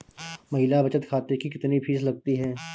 महिला बचत खाते की कितनी फीस लगती है?